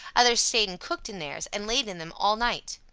others stayed and cooked in theirs, and laid in them all night.